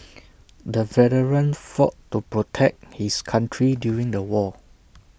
the veteran fought to protect his country during the war